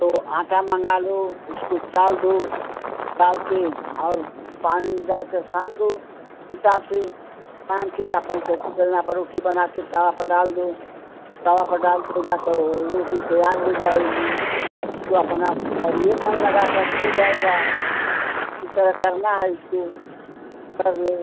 तो आटा मँगा लो उसको चाल दो चाल के और पानी डालकर सान दो हिसाब से सान के आपन चौकी बेलना पर रोटी बना के तवा पर डाल दो तवा पर डाल देगा तो रोटी तैयार हो जाएगी उसको अपना करिए मन लगाकर हो जाएगा इस तरह करना है इसको कर लें